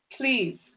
Please